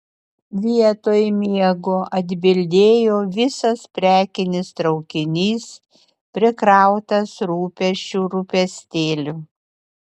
vietoj miego atbildėjo visas prekinis traukinys prikrautas rūpesčių rūpestėlių